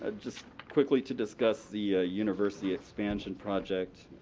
ah just quickly to discuss the university expansion project,